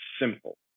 simple